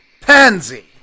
Pansy